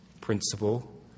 principle